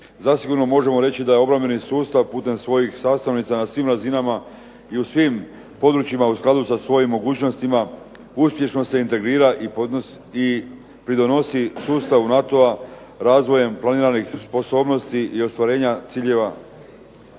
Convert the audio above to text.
Zasigurno možemo reći da je obrambeni sustav putem svojih sastavnica na svim razinama i u svim područjima u skladu sa svojim mogućnostima uspješno se integrira i pridonosi sustavu NATO-a razvojem planiranih sposobnosti i ostvarenja ciljeva